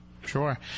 Sure